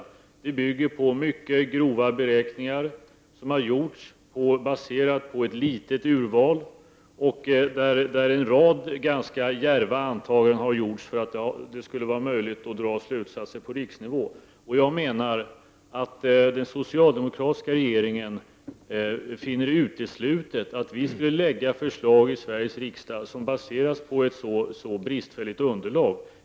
Siffrorna bygger på mycket grova beräkningar som har gjorts på basis av ett litet urval. En rad antaganden har gjorts som är för djärva för att det skulle gå att dra slutsatser på riksnivå. Den socialdemokratiska regeringen finner det uteslutet att lägga fram förslag i Sveriges riksdag som är baserade på ett så bristfälligt underlag.